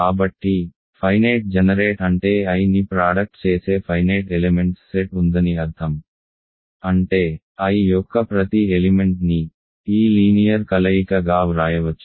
కాబట్టి finite generate అంటే Iని ప్రాడక్ట్ చేసే ఫైనేట్ ఎలెమెంట్స్ సెట్ ఉందని అర్థం అంటే I యొక్క ప్రతి ఎలిమెంట్ ని ఈ లీనియర్ కలయిక గా వ్రాయవచ్చు